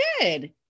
good